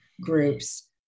groups